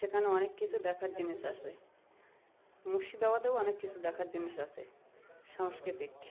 সেখানেও অনেক কিছু দেখার জিনিস আসে মুর্শিদাবাদের অনেক কিছু দেখার জিনিস আসে সাংস্কৃতিক